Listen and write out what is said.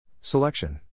Selection